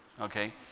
okay